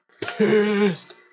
pissed